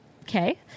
Okay